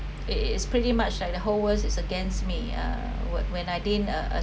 it’s it's pretty much like the whole world is against me uh when I didn't